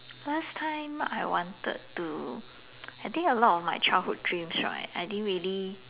last time I wanted to I think a lot of my childhood dreams right I didn't really